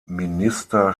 minister